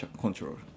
control